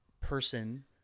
person